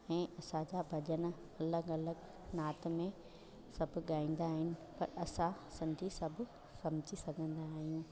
ऐं असांजा भॼन अलॻि अलॻि नात में सभु ॻाईंदा आहिनि परि असां सिंधी सभु समुझी सघंदा आहियूं